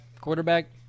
quarterback